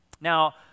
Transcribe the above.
Now